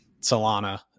solana